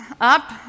up